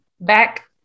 back